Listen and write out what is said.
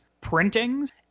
printings